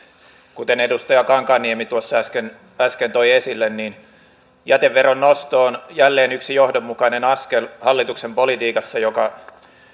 kuten edustaja kankaanniemi tuossa äsken äsken toi esille niin jäteveron nosto on jälleen yksi johdonmukainen askel hallituksen politiikassa joka